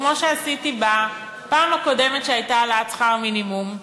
כמו שעשיתי בפעם הקודמת כשהייתה העלאת שכר מינימום,